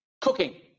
cooking